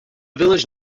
village